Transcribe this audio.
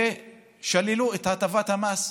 ששללו את הטבת המס.